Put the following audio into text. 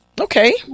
Okay